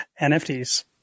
NFTs